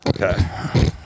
Okay